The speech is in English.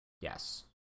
yes